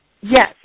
Yes